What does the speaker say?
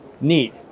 Neat